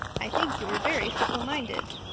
i think you are very fickle minded.